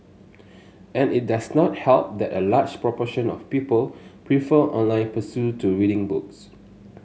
and it does not help that a large proportion of people prefer online pursuit to reading books